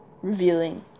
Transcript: revealing